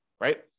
right